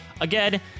again